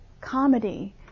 Comedy